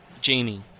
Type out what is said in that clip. Jamie